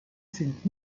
sind